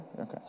okay